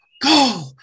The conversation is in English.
Go